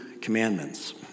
commandments